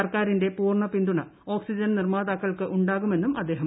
സർക്കാരിന്റെ പൂർണ്ണ പിന്തുണ ഓക്സിജൻ നിർമ്മാതാക്കൾക്ക് ഉണ്ടാകുമെന്നും അദ്ദേഹം ഉറപ്പുനൽകി